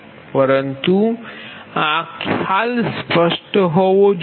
પરંતુ આ ખ્યાલ સ્પષ્ટ હોવો જોઈએ